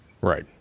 right